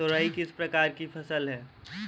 तोरई किस प्रकार की फसल है?